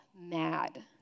mad